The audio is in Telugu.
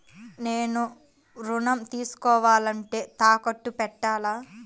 నేను ఋణం తీసుకోవాలంటే తాకట్టు పెట్టాలా?